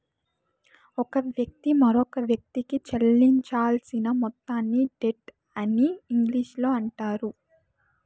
ఒక వ్యక్తి మరొకవ్యక్తికి చెల్లించాల్సిన మొత్తాన్ని డెట్ అని ఇంగ్లీషులో అంటారు